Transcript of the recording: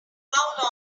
how